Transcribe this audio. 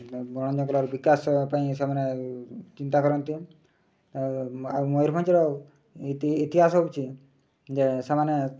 ବଣ ଜଙ୍ଗଲର ବିକାଶ ପାଇଁ ସେମାନେ ଚିନ୍ତା କରନ୍ତି ଆଉ ଆଉ ମୟୂରଭଞ୍ଜର ଇତିହାସ ହେଉଛି ଯେ ସେମାନେ